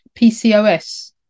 PCOS